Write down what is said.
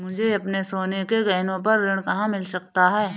मुझे अपने सोने के गहनों पर ऋण कहाँ मिल सकता है?